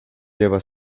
lleva